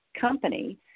company